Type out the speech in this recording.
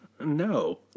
No